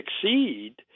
succeed